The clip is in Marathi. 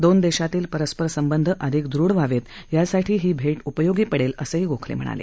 दोन देशातील परस्पर संबंध अधिक दृढ व्हावेत यासाठी ही भेट उपयोगी पडेल असंही गोखले म्हणाले